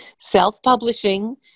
Self-publishing